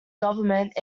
government